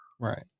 Right